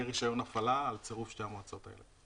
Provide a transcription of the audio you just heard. יהיה רישיון הפעלה על צירוף שתי המועצות האלה.